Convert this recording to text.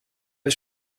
was